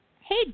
Hey